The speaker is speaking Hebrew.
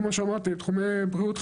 כמו שאמרתי תחומי בריאות,